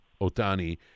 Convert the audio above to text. Otani